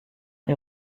est